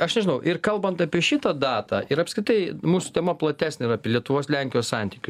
aš nežinau ir kalbant apie šitą datą ir apskritai mūsų tema platesnė ir apie lietuvos lenkijos santykius